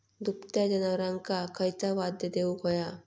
दुभत्या जनावरांका खयचा खाद्य देऊक व्हया?